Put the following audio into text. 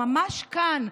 ממש כאן,